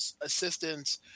assistance